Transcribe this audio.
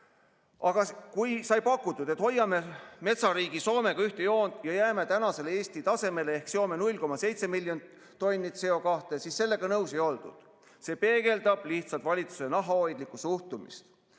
Aga kui sai pakutud, et hoiame metsariigi Soomega ühte joont ja jääme Eesti tänasele tasemele ehk seome 0,7 miljonit tonni CO2, siis sellega nõus ei oldud. See peegeldab lihtsalt valitsuse nahahoidlikku suhtumist.